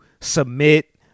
submit